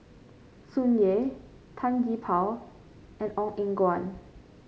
Tsung Yeh Tan Gee Paw and Ong Eng Guan